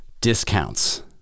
discounts